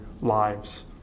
lives